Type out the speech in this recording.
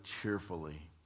cheerfully